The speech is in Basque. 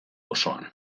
osoan